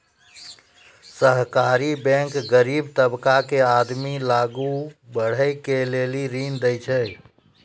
सहकारी बैंक गरीब तबका के आदमी के आगू बढ़ै के लेली ऋण देय छै